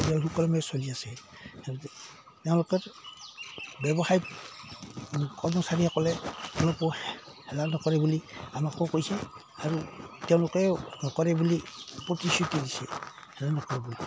তেওঁ সুকলমে চলি আছে তেওঁলোকে তেওঁলোকে ব্যৱসায় কৰ্মচাৰীসকলে তেওঁলোকো হেলা নকৰে বুলি আমাকো কৈছে আৰু তেওঁলোকেও নকৰে বুলি প্ৰতিশ্ৰুতি দিছে হেলা নকৰো বুলি